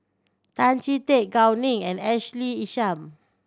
Tan Chee Teck Gao Ning and Ashley Isham